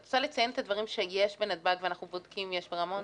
את רוצה לציין את הדברים שיש בנתב"ג ואנחנו בודקים אם יש ברמון?